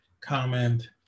comment